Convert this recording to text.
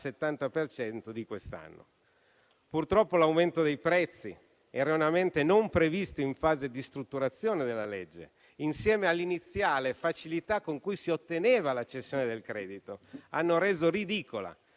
di quest'anno. Purtroppo l'aumento dei prezzi, erroneamente non previsto in fase di strutturazione della legge, insieme all'iniziale facilità con cui si otteneva la cessione del credito, hanno reso ridicola